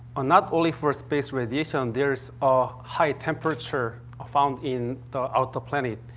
and not only for space radiation, there is a high temperature ah found in the outer planet.